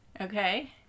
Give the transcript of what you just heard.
Okay